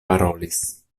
parolis